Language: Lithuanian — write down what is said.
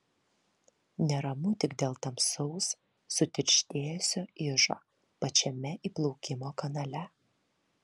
neramu tik dėl tamsaus sutirštėjusio ižo pačiame įplaukimo kanale